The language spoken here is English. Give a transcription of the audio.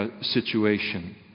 situation